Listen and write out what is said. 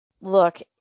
look